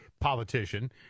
politician